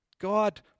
God